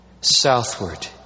southward